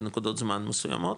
בנקודות זמן מסוימות,